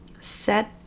set